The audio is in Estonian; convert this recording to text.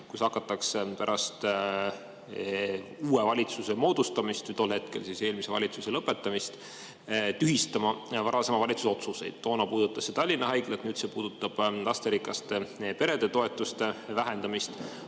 et hakatakse pärast uue valitsuse moodustamist – tol hetkel siis pärast eelmise valitsuse lõpetamist – tühistama varasema valitsuse otsuseid. Toona puudutas see Tallinna Haiglat, nüüd puudutab see lasterikaste perede toetuse vähendamist